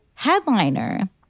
Headliner